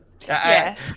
yes